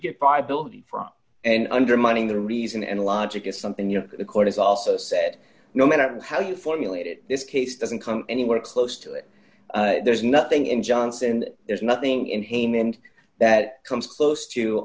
by building from and undermining the reason and logic is something you know the court has also said no matter how you formulated this case doesn't come anywhere close to it there's nothing in johnson there's nothing in haim and that comes close to